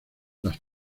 las